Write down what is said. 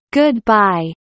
goodbye